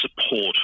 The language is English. support